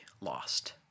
lost